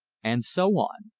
and so on.